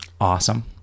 Awesome